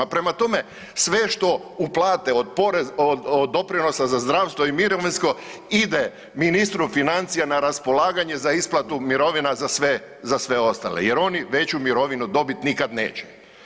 Prema tome, sve što uplate od, od doprinosa za zdravstvo i mirovinsko ide ministru financija na raspolaganje za isplatu mirovina za sve, za sve ostale jer oni veću mirovinu dobit nikad neće.